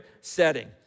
setting